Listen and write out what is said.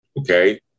Okay